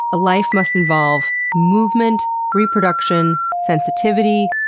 a life must involve movement, reproduction, sensitivity,